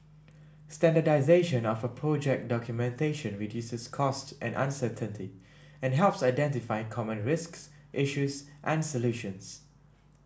standardisation of project documentation reduces cost and uncertainty and helps identify common risks issues and solutions